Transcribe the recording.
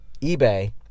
eBay